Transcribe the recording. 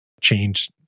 change